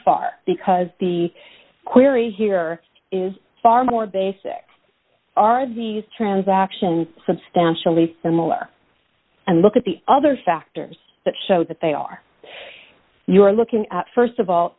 far because the query here is far more basic are these transactions substantially similar and look at the other factors that show that they are you're looking at st of all